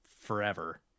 forever